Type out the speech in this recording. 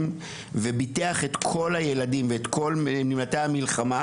וביטח את כל הילדים ואת כל נמלטי המלחמה,